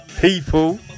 People